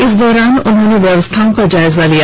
इस दौरान उन्होंने व्यवस्थाओं का जायजा लिया